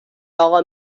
اقا